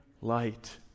light